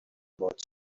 باهات